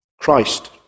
Christ